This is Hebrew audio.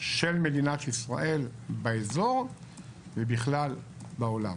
של מדינת ישראל באזור ובכלל בעולם.